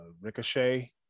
ricochet